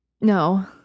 No